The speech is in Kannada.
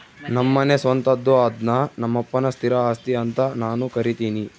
ನಮ್ಮನೆ ಸ್ವಂತದ್ದು ಅದ್ನ ನಮ್ಮಪ್ಪನ ಸ್ಥಿರ ಆಸ್ತಿ ಅಂತ ನಾನು ಕರಿತಿನಿ